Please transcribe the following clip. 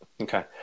Okay